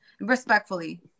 Respectfully